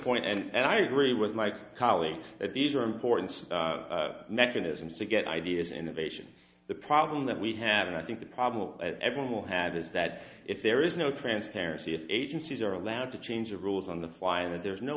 point and i agree with my colleague that these are important mechanisms to get ideas innovation the problem that we have and i think the problem everyone will have is that if there is no transparency if agencies are allowed to change the rules on the fly and there is no